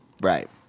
right